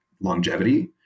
longevity